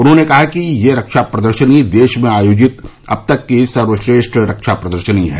उन्होंने कहा कि यह रक्षा प्रदर्शनी देश में आयोजित अब तक की सर्वश्रेष्ठ रक्षा प्रदर्शनी है